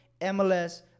MLS